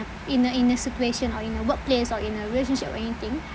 in a in a situation or in a workplace or in a relationship or anything